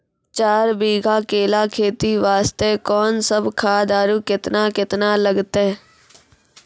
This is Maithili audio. चार बीघा केला खेती वास्ते कोंन सब खाद आरु केतना केतना लगतै?